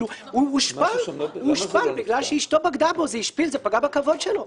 הוא הושפל בגלל שאשתו בגדה בו, זה פגע בכבוד שלו.